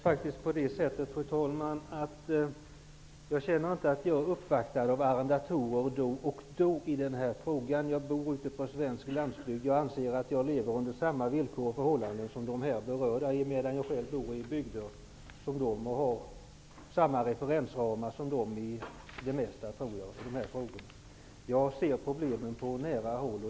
Fru talman! Jag känner faktiskt inte att jag blir uppvaktad av arrendatorer då och då i den här frågan. Jag bor på den svenska landsbygden. Jag anser att jag lever under samma villkor och förhållanden som de berörda, emedan jag bor i samma bygder och har samma referensramar som de har i det mesta. Jag ser problemen på nära håll.